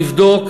נבדוק,